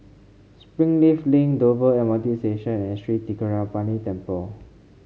Springleaf Link Dover M R T Station and Sri Thendayuthapani Temple